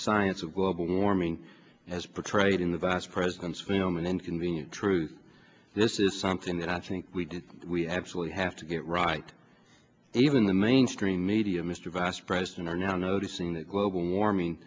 science of global warming as portrayed in the vice president's film an inconvenient truth this is something that i think we did we actually have to get right even the mainstream media mr vice president are now noticing that global warming